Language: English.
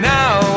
Now